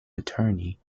attorney